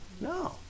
No